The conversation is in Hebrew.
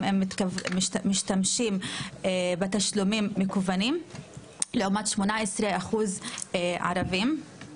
משתמשים בתשלומים מקוונים לעומת 18% ערבים.